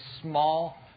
small